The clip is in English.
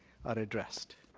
are addressed.